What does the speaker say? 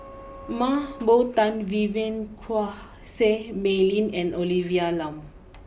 Mah Bow Tan Vivien Quahe Seah Mei Lin and Olivia Lum